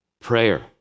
Prayer